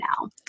now